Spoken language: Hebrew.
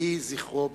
יהי זכרו ברוך.